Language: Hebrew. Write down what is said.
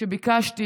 ביקשתי